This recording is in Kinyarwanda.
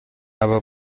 aba